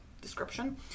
description